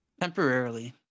Temporarily